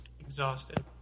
Exhausted